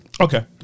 Okay